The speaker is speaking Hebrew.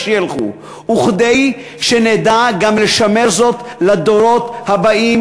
שילך וכדי שנדע גם לשמר זאת לדורות הבאים,